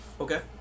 Okay